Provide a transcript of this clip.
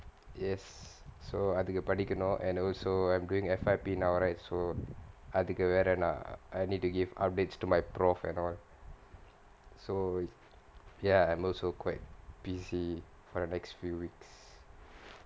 yes so அதுக்கு படிக்கனும்:athukku padikkanum and also I'm doing F_Y_P now right so அதுக்கு வேற நான்:athukku vera naan I need to give updates to my professor and all so ya I'm also quite busy for the next few weeks